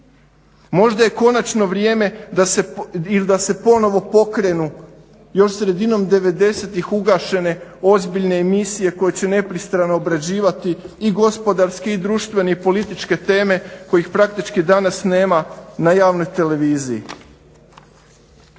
Možda je konačno vrijeme ili da se ponovo pokrenu još sredinom '90.-tih ugašene ozbiljne emisije koje će nepristrano obrađivati i gospodarske i društvene i političke teme kojih praktički danas nema na javnoj televiziji.